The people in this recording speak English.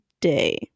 day